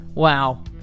Wow